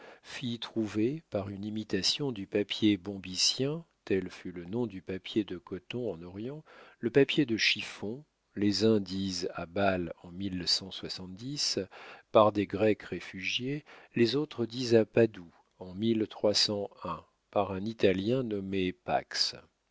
fit trouver par une imitation du papier bombycien tel fut le nom du papier de coton en orient le papier de chiffon les uns disent à bâle en par des grecs réfugiés les autres disent à padoue en par un italien nommé